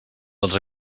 dels